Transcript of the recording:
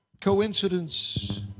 coincidence